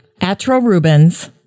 Atrorubens